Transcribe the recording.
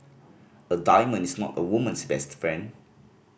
a diamond is not a woman's best friend